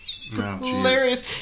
Hilarious